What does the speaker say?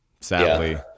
sadly